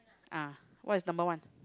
ah what is number one